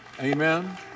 Amen